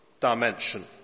dimension